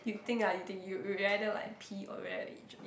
you think ah you think you you rather like pee or rather